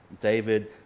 david